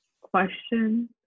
question